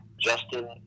Justin